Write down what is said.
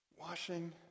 Washing